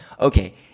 Okay